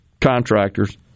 contractors